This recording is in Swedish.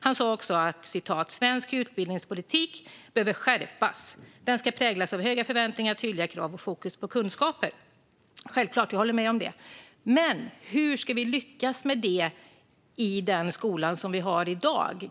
Han sa också att svensk utbildningspolitik behöver skärpas och att den ska präglas av höga förväntningar, tydliga krav och fokus på kunskaper. Det är självklart, och jag håller med. Men hur ska vi lyckas med det i den skola som vi har i dag?